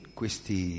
questi